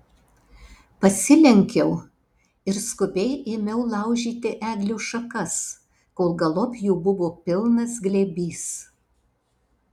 pasilenkiau ir skubiai ėmiau laužyti eglių šakas kol galop jų buvo pilnas glėbys